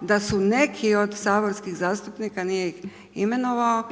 da su neki od saborskih zastupnika, nije ih imenovao,